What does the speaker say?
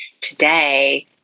today